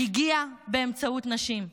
הגיעה באמצעות נשים.